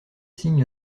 signe